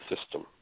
system